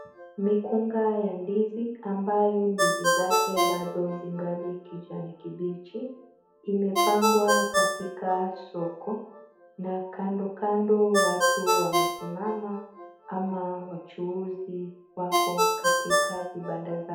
Mikungu ya ndizi ambayo ndizi zake bado zingali kijani kibichi, imepangwa katika soko na kando kando watu wamesimama ama wachuuzi wako katika vibanda zao.